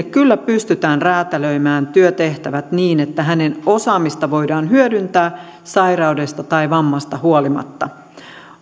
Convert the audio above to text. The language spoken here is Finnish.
kyllä pystytään räätälöimään työtehtävät niin että hänen osaamistaan voidaan hyödyntää sairaudesta tai vammasta huolimatta